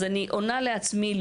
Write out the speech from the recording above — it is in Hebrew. אז אני עונה לעצמי,